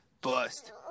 bust